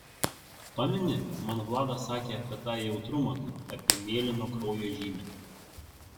pameni man vladas sakė apie tą jautrumą kaip apie mėlyno kraujo žymę